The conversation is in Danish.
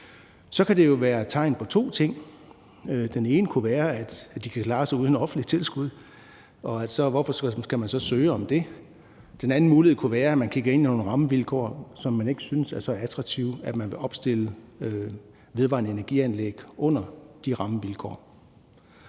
at det kan være tegn på to ting. Den ene ting kunne være, at de kan klare sig uden offentlige tilskud, så hvorfor skulle man så søge om det. Den anden mulighed kunne være, at man kigger ind i nogle rammevilkår, som man ikke synes er så attraktive, at man vil opstille vedvarende energi-anlæg under de rammevilkår.